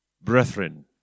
brethren